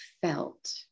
felt